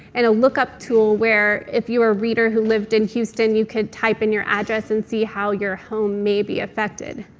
and a look-up to ah where if you were a reader who lived in houston, you could type in your address and see how your home may be affected.